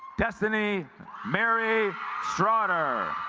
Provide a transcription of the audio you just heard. destiny mary strata